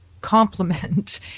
complement